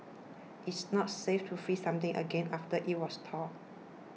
it's not safe to freeze something again after it was thawed